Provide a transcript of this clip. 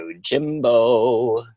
Jimbo